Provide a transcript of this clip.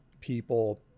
people